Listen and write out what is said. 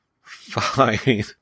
Fine